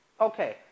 Okay